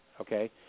Okay